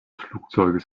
flugzeuges